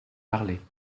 parler